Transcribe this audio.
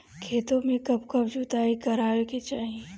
खेतो में कब कब जुताई करावे के चाहि?